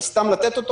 אבל סתם לתת אותו?